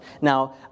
Now